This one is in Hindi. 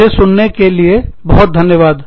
मुझे सुनने के लिए बहुत धन्यवाद